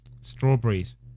strawberries